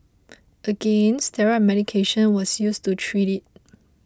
again steroid medication was used to treat it